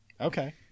Okay